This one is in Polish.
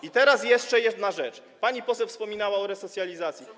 I teraz jeszcze jedna rzecz, pani poseł wspominała o resocjalizacji.